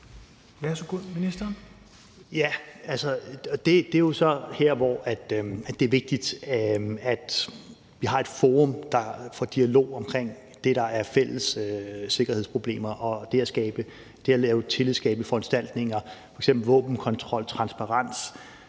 (Jeppe Kofod): Ja, og det er jo så her, hvor det er vigtigt, at vi har et forum for en dialog omkring det, der er fælles sikkerhedsproblemer og det at lave tillidsskabende foranstaltninger, f.eks. våbenkontrol, transparens.